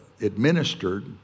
administered